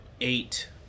eight